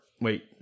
Wait